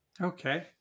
Okay